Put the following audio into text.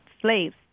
slaves